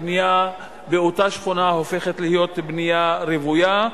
הבנייה באותה שכונה הופכת להיות בנייה רוויה.